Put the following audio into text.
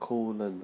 colon